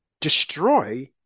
destroy